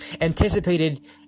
anticipated